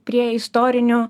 prie istorinių